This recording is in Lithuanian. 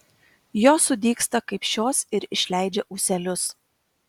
jos sudygsta kaip šios ir išleidžia ūselius